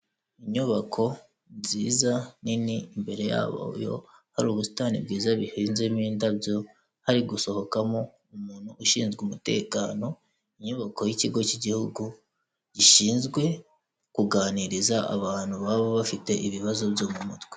Inyubako nziza nini, imbere yayo hari ubusitani bwiza buhinzemo indabyo, hari gusohokamo umuntu ushinzwe umutekano, inyubako y'ikigo cy'igihugu gishinzwe kuganiriza abantu baba bafite ibibazo byo mu mutwe.